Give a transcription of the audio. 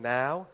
now